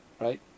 Right